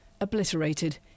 obliterated